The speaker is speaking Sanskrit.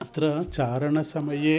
अत्र चारणसमये